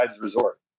resort